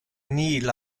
nihil